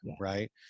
Right